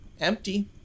Empty